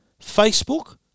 Facebook